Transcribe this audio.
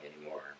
anymore